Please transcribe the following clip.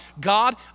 God